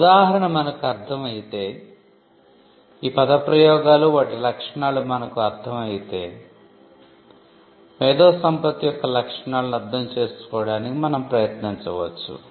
ఈ ఉదాహరణ మనకు అర్ధం అయితే ఈ పద ప్రయోగాలు వాటి లక్షణాలు మనకు అర్ధం అయితే మేధోసంపత్తి యొక్క లక్షణాలను అర్ధం చేసుకోవడానికి మనం ప్రయత్నించవచ్చు